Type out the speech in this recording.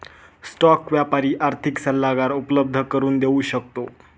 stock व्यापारी आर्थिक सल्लागार उपलब्ध करून देऊ शकतो